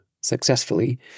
successfully